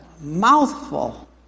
mouthful